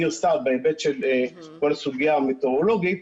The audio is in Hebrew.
ניר סתיו בהיבט של כל הסוגיה המטאורולוגית,